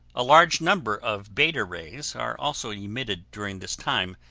a large number of beta rays are also emitted during this time,